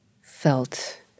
felt